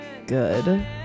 good